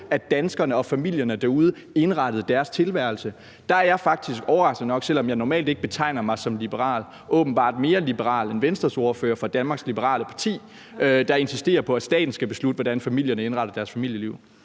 at danskerne og familierne derude indrettede deres tilværelse. Der er jeg overraskende nok, selv om jeg normalt ikke betegner mig som liberal, åbenbart mere liberal end ordføreren for Venstre, Danmarks Liberale Parti, der insisterer på, at staten skal beslutte, hvordan familierne indretter deres familieliv.